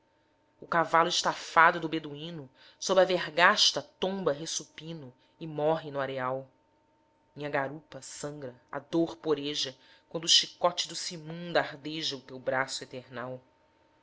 o cavalo estafado do beduíno sob a vergasta tomba ressupino e morre no areal minha garupa sangra a dor poreja quando o chicote do simoun dardeja o teu braço eternal